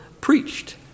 preached